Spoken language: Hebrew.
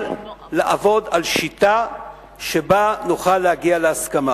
לעבוד על שיטה שבה נוכל להגיע להסכמה.